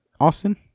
Austin